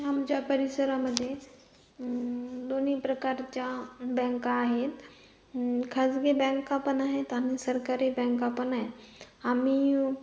आमच्या परिसरा मध्ये दोन्ही प्रकारच्या बँका आहेत खाजगी बँका पण आहेत आणि सरकारी बँका पण आहेत आम्ही